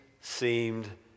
seemed